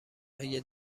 اگه